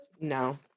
No